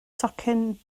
tocyn